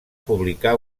publicà